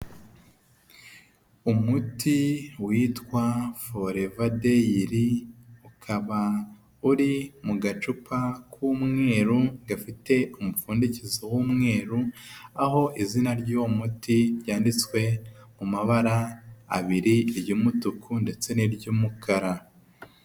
Umuti witwa foreva deyiri, ukaba uri mu gacupa k'umweru gafite umupfundikizo w'umweru, aho izina ry'uwo muti ryanditswe ku mabara abiri iry'umutuku ndetse n'iry'umukara.